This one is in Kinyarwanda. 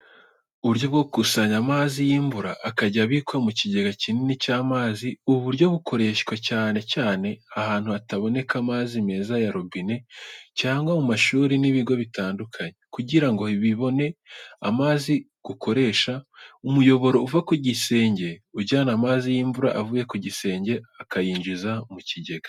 Uburyo bwo gukusanya amazi y’imvura akajya abikwa mu kigega kinini cy’amazi. Ubu buryo bukoreshwa cyane cyane ahantu hataboneka amazi meza ya robine cyangwa mu mashuri n’ibigo bitandukanye, kugira ngo bibone amazi yo gukoresha. Umuyoboro uva ku gisenge ujyana amazi y’imvura avuye ku gisenge akayinjiza mu kigega.